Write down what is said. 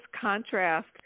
contrast